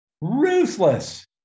ruthless